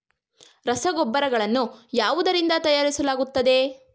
ರಸಗೊಬ್ಬರಗಳನ್ನು ಯಾವುದರಿಂದ ತಯಾರಿಸಲಾಗುತ್ತದೆ?